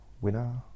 winner